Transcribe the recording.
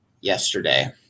yesterday